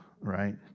right